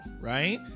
right